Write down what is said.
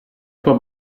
sua